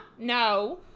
no